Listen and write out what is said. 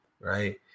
Right